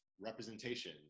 representation